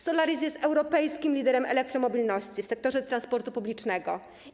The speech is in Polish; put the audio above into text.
Solaris jest europejskim liderem elektromobilności w sektorze transportu publicznego.